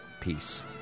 Peace